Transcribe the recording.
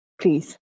please